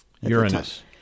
Uranus